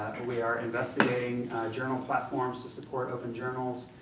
we are investigating journal platforms to support open journals.